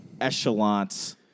echelons